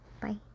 Bye